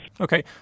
Okay